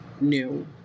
new